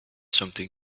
something